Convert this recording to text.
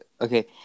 Okay